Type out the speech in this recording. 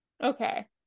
Okay